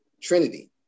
Trinity